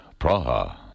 Praha